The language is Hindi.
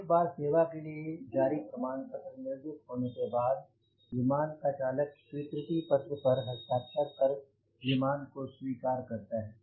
एक बार सेवा के लिए जारी प्रमाण पत्र निर्गत होने के बाद विमान का चालक स्वीकृति पत्र पर हस्ताक्षर कर विमान को स्वीकार करता है